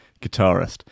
guitarist